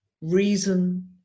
reason